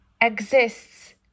exists